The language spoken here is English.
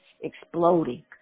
exploding